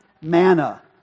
Manna